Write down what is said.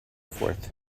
forth